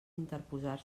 interposar